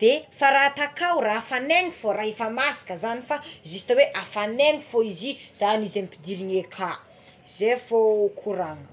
de fa raha atao kao raha afagnaigny fogna ra efa masaka zany fa justa hoe afagnaigny fogna izy io zagny izy ampidirigna akà zay fogna koragnina.